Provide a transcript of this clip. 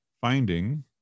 finding